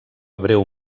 breu